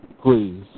please